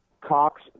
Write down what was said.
Cox